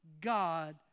God